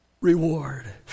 reward